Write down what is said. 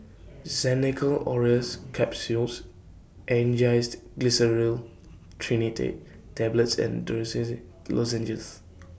Xenical Orlistat Capsules Angised Glyceryl Trinitrate Tablets and Dorithricin Lozenges